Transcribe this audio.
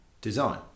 design